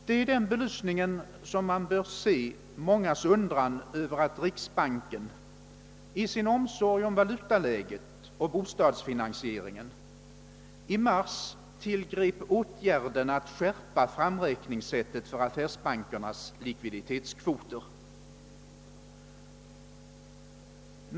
Det är i den belysningen som man bör se mångas undran över att riksbanken i sin omsorg om valutaläget och bostadsfinansieringen i mars tillgrep åtgärden att skärpa framräkningssättet för affärsbankernas likviditetskvoter.